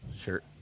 Sure